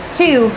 two